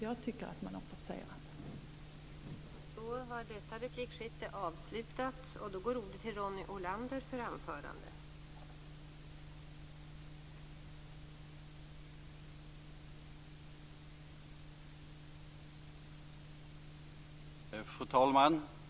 Jag tycker alltså att man har forcerat frågan.